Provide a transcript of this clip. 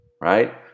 right